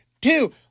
two